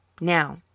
Now